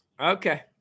Okay